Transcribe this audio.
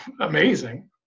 amazing